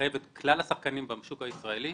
שתחייב את כלל השחקנים בשוק הישראלי,